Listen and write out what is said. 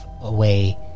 away